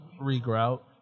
re-grout